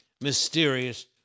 mysterious